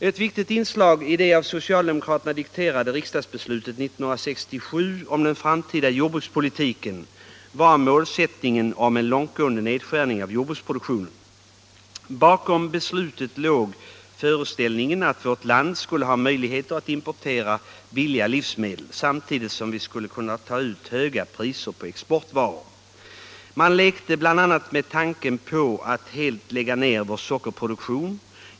Ett viktigt inslag i det av socialdemokraterna dikterade riksdagsbeslutet 1967 om den framtida jordbrukspolitiken var målsättningen om en långtgående nedskärning av jordbruksproduktionen. Bakom beslutet låg föreställningen att vårt land skulle ha möjligheter att importera billiga livs Allmänpolitisk debatt Allmänpolitisk debatt 170 medel samtidigt som vi skulle kunna ta ut höga priser på exportvaror. Man lekte bl.a. med tanken på att helt lägga ned vår sockerproduktion.